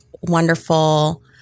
wonderful